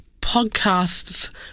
podcasts